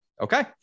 Okay